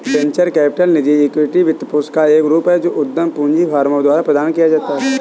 venture capital निजी equity वित्तपोषण का एक रूप है जो उद्यम पूंजी फर्मों द्वारा प्रदान किया जाता है